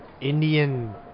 Indian